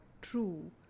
true